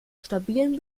stabilen